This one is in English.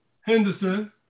Henderson